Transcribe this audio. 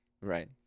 right